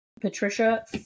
Patricia